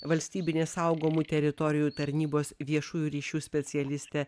valstybinės saugomų teritorijų tarnybos viešųjų ryšių specialistę